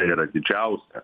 yra didžiausia